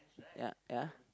ya ya